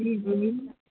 जी जी